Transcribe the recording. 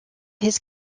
his